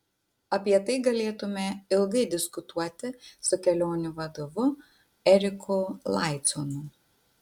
apie tai galėtume ilgai diskutuoti su kelionių vadovu eriku laiconu